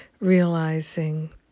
realizing